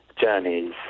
journeys